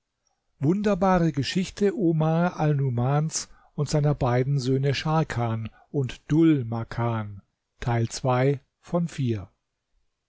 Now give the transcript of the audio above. wunderbare geschichte omar alnumans und seiner beiden söhne